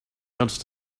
hunched